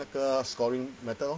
那个 scoring method lor